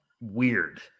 weird